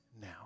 now